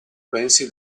pensi